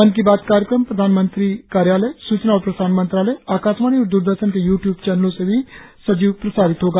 मन की बात कार्यक्रम प्रधानमंत्री कार्यालय सूचना और प्रसारण मंत्रालय आकाशवाणी और द्ररदर्शन के यूट्यूब चैनलों से भी सजीव प्रसारित होगा